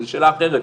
וזו שאלה אחרת,